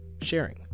sharing